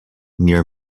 near